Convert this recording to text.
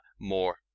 more